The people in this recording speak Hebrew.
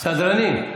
סדרנים,